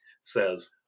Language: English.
says